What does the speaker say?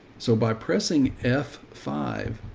so by pressing f five,